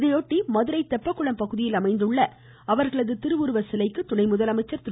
இதையொட்டி மதுரை தெப்பக்குளம் பகுதியில் அமைந்துள்ள அவர்களது திருவுருவச்சிலைக்கு துணை முதலமைச்சர் திரு